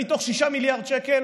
מתוך 6 מיליארד שקל